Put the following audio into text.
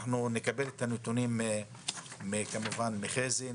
אנחנו נקבל את הנתונים מחזי שוורצמן,